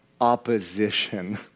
opposition